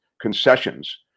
concessions